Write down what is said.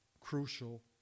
crucial